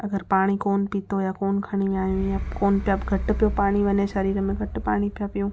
अगरि पाणी कोन्ह पीतो या कोन्ह खणी विया आहियूं या कोन्ह पिया घटि पियो पाणी वञे शरीर में घटि पाणी पिया पीयूं